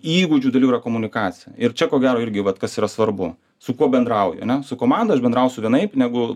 įgūdžių dalių yra komunikacija ir čia ko gero irgi vat kas yra svarbu su kuo bendrauji ane su komanda aš bendrausiu vienaip negu